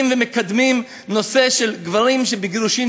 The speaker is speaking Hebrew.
ומקדמים בנושא של גברים בגירושין,